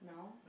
no